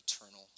eternal